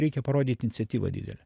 reikia parodyt iniciatyvą didelę